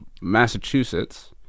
massachusetts